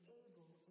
able